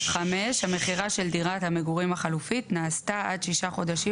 "(5)המכירה של דירת המגורים החלופית נעשתה עד שישה חודשים